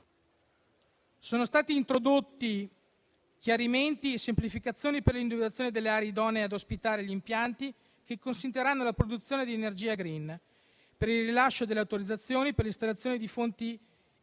Sono stati introdotti chiarimenti e semplificazioni per l'individuazione delle aree idonee ad ospitare gli impianti che consentiranno la produzione di energia *green,* per il rilascio delle autorizzazioni e per l'installazione di impianti